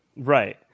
Right